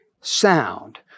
sound